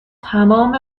تمام